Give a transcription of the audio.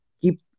keep